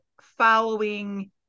following